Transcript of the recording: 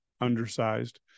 undersized